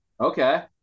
Okay